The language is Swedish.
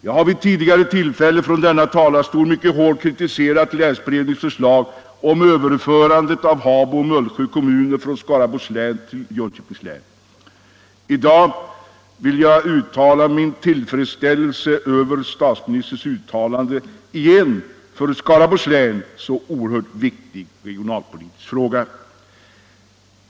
Jag har vid ett tidigare tillfälle från denna talarstol mycket hårt kritiserat länsberedningens förslag om överförande av Habo och Mullsjö kommuner från Skaraborgs län till Jönköpings län. I dag vill jag ge uttryck för min tillfredsställelse över statsministerns uttalande i en för Skaraborgs län så oerhört viktig regionalpolitisk fråga.